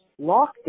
lockdown